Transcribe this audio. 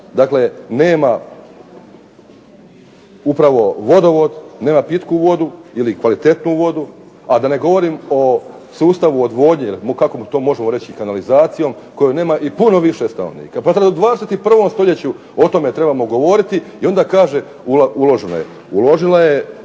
dakle nema upravo vodovod, nema pitku vodu ili kvalitetnu vodu, a da ne govorim o sustavu odvodnje, ili kako to možemo reći kanalizacijom, koju nema i puno više stanovnika. Pa zar u 21. stoljeću o tome trebamo govoriti i onda kaže uloženo je.